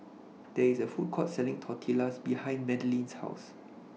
There IS A Food Court Selling Tortillas behind Madeline's House